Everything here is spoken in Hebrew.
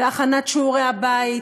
והכנת שיעורי הבית,